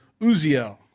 Uziel